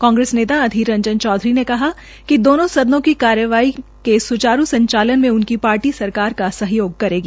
कांग्रेस नेता अधीर रंजन चौधरी ने कहा कि दोनों सदनों की कार्यवाही के सुचारू संचालन में उनकी पार्टी सरकार के साथ सहयोग करेगी